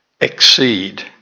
exceed